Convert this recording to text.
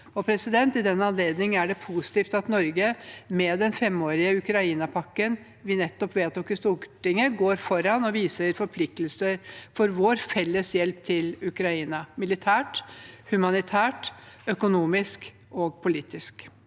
kommer. I den anledning er det positivt at Norge med den femårige Ukraina-pakken vi nettopp vedtok i Stortinget, går foran og viser forpliktelser for vår felles hjelp til Ukraina – militært, humanitært, økonomisk og politisk.